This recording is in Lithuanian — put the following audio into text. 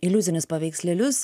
iliuzinius paveikslėlius